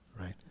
right